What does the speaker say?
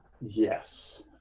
Yes